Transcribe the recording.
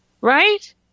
right